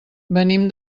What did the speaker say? venim